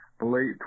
late